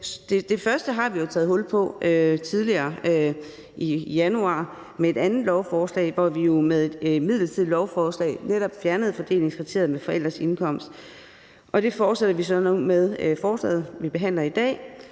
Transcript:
Det første har vi jo taget hul på tidligere, i januar, med et andet lovforslag, hvor vi med et forslag om en midlertidig lov netop fjernede fordelingskriteriet med forældrenes indkomst, og det fortsætter vi så med nu med forslaget, vi behandler i dag,